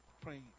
praying